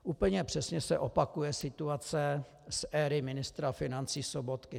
Úplně přesně se opakuje situace z éry ministra financí Sobotky.